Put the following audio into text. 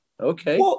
Okay